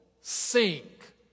sink